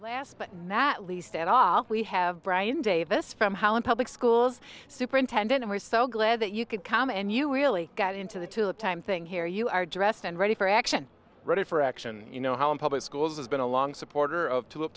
last but not least at all we have brian davis from holland public schools superintendent we're so glad that you could come and you really got into the to the time thing here you are dressed and ready for action ready for action you know how in public schools has been a long supporter of t